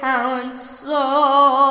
Council